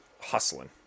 hustling